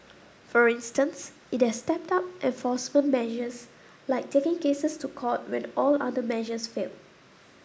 for instance it has stepped up enforcement measures like taking cases to court when all other measures failed